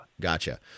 Gotcha